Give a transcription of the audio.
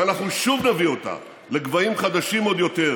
ואנחנו שוב נביא אותה לגבהים חדשים, עוד יותר.